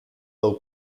low